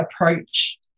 approach